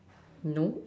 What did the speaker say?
no